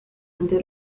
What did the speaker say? until